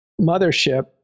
mothership